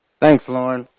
thanks, lauren.